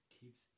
keeps